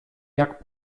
jak